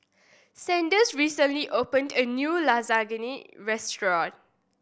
Sanders recently opened a new Lasagne Restaurant